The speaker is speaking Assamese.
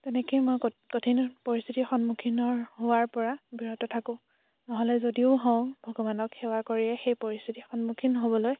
তেনেকৈ মই কঠ কঠিন পৰিস্থিতিৰ সন্মুখীন হোৱাৰ পৰা বিৰত থাকোঁ নহ'লে যদিও হওঁ ভগৱানক সেৱা কৰিয়েই সেই পৰিস্থিতিৰ সন্মুখীন হ'বলৈ